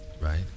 right